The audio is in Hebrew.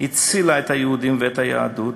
הצילה את היהודים ואת היהדות,